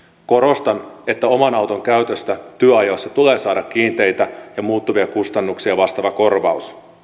korostan että oman auton käytöstä työajossa tulee saada kiinteitä ja muuttuvia kustannuksia vastaava korvaus